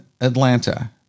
Atlanta